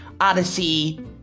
Odyssey